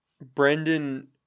Brendan